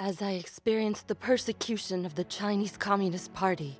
as i experienced the persecution of the chinese communist party